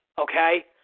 Okay